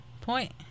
point